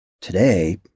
today